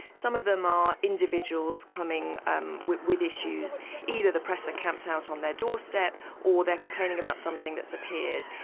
some of them are individuals coming um with with issues either the press are camped out on their doorstep or they're complaining about something that's appeared.